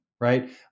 right